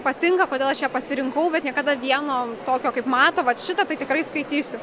patinka kodėl aš ją pasirinkau bet niekada vieno tokio kaip mato vat šitą tai tikrai skaitysiu